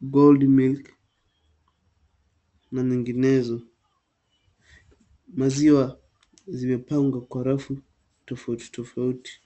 Gold milk, na nyinginezo. Maziwa zimepangwa kwa rafu tofauti tofauti.